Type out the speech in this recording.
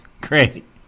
Great